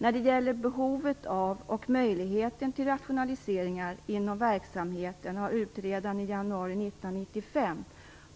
När det gäller behovet av och möjligheterna till rationaliseringar inom verksamheten har utredaren i sitt betänkande i januari 1995